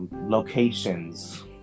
locations